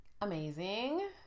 Amazing